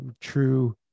true